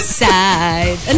side